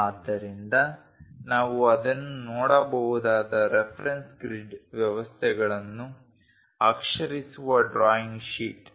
ಆದ್ದರಿಂದ ನಾವು ಅದನ್ನು ನೋಡಬಹುದಾದ ರೆಫರೆನ್ಸ್ ಗ್ರಿಡ್ ವ್ಯವಸ್ಥೆಗಳನ್ನು ಅಕ್ಷರಿಸುವ ಡ್ರಾಯಿಂಗ್ ಶೀಟ್